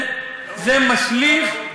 זה משליך,